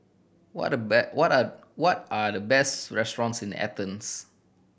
what the what are what are the best restaurants in Athens